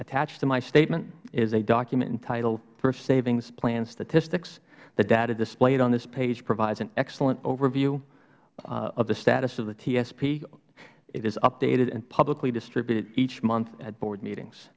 attached to my statement is a document entitled thrift savings plan statistics the data displayed on this page provides an excellent overview of the status of the tsp it is updated and publicly distributed each month at board meetings